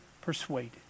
persuaded